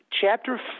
Chapter